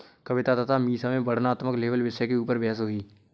कविता तथा मीसा में वर्णनात्मक लेबल विषय के ऊपर बहस हुई